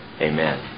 Amen